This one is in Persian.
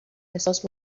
احساس